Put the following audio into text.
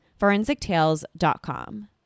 ForensicTales.com